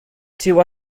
two